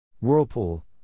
Whirlpool